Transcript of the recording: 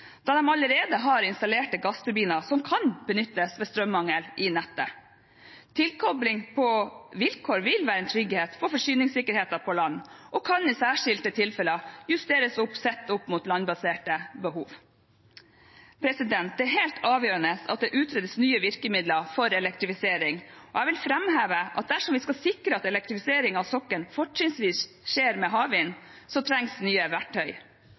da de allerede har installert gassturbiner som kan benyttes ved strømmangel i nettet. Tilkobling på vilkår vil være en trygghet for forsyningssikkerheten på land og kan i særskilte tilfeller justeres, sett opp mot landbaserte behov. Det er helt avgjørende at det utredes nye virkemidler for elektrifisering, og jeg vil framheve at dersom vi skal sikre at elektrifisering av sokkelen fortrinnsvis skjer med havvind, trengs nye verktøy.